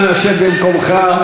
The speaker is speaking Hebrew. אנא שב במקומך.